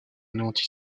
anéantie